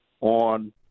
on